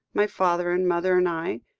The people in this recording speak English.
my father and mother and i,